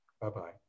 bye-bye